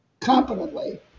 competently